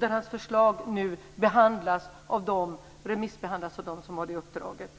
Hans förslag remissbehandlas nu av dem som har det uppdraget.